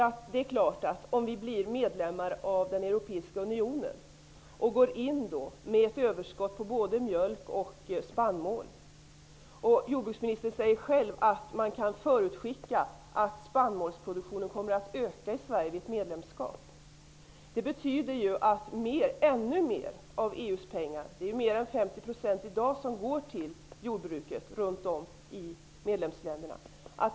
Anta att vi blir medlemmar av den europeiska unionen och går in med ett överskott på både mjölk och spannmål -- jordbruksministern säger själv att man kan förutskicka att spannmålsproduktionen i Sverige kommer att öka vid ett medlemskap. Det är i dag 50 % av EU:s totala budget som går till jordbruket runt om i medlemsländerna.